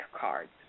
cards